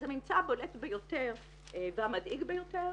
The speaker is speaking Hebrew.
אז הממצא הבולט ביותר והמדאיג ביותר